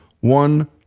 one